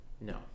No